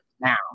Now